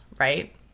right